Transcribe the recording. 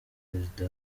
perezida